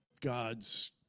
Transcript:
God's